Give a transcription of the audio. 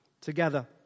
together